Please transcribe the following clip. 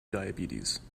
diabetes